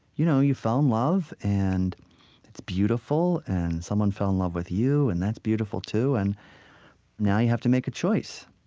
you know you fell in love, and it's beautiful. and someone fell in love with you, and that's beautiful too. and now you have to make a choice.